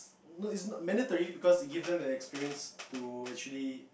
no it's not mandatory because it give them the experience to actually